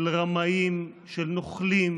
של רמאים, של נוכלים,